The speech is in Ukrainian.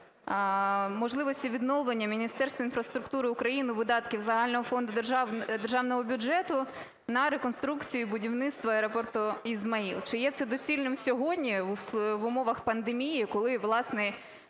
можливості відновлення Міністерству інфраструктури України видатків загального фонду державного бюджету на реконструкцію і будівництво аеропорту "Ізмаїл". Чи є це доцільним сьогодні в умовах пандемії, коли, власне,